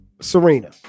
Serena